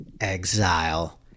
Exile